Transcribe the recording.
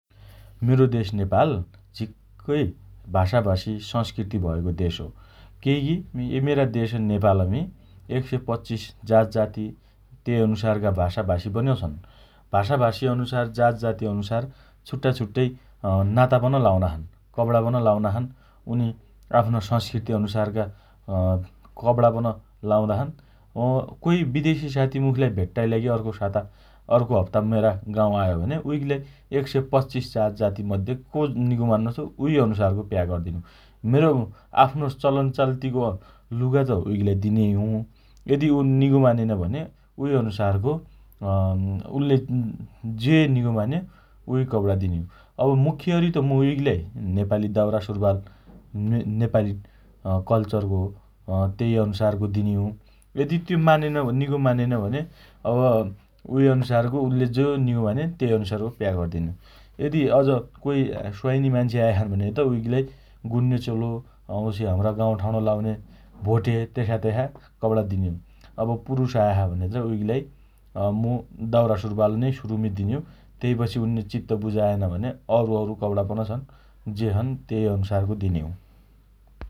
मेरो देश नेपाल झिक्कै भाषाभाषी, सँस्कृति भएको देश हो । केइकी एइ मेरा देश नेपालमी १२५ जातजाती तेइ अनुसारका भाषाभाषी पन छन् । भाषाभाषी अनुसार जातजाती अनुसार छुट्टाछुट्टै अँ नाता पन लाउना छन् । कपणा पन लाउना छन् । उनी आफ्नो सँस्कृति अनुसारका अँ कपणापन लाउना छन् । अँ कोही विदेशी साथी मुखीलाई भेट्टाइ लागि अर्को साता अर्को हप्ता मेरा गाउँ आयो भने उइगीलाई १२५ जातजातीमध्ये को निगो मान्ने छ उई अनुसारको प्याक अरिदिने हुँ । मेरो आफ्नो चलनचल्तिको लुगा उइगीलाई दिनेइ हुँ । यदि उ निगो मोनन भने उही अनुसारको अँ उल्ले जे निगो मान्यो उही कपणा दिने हुँ । अब मुख्यअरि मु उइगीलाई नेपाली दाउरा सुरुवाल न्नन नपाली कल्चरको हो । तेइ अनुसारको दिने हु । यदि त्यो मोनन् भने निगो मोनन भने अब उही अनुसार उल्ले जो निगो मान्यो तेइ अनुसारको प्याक अरिदिने हुँ । यदि अझ कोही स्वाइनी मान्छे आया छन् भने त उइगीलाई गुन्ने चोलो वाउँछि हाम्रा गाउँठाउँम्णा लाउने भोटे तेसातेसा कपणा दिने हु । अब पुरुस आया छ भने उइगीलाई अँ मु दाउरा सुरुवाल नै सुरुमी दिने हुँ । तेइपछि उन्ने जे चित्त बुझाएन भने अरुअरु कपणा पन छन् जे छन् तेइ अनुसारको दिने हुँ ।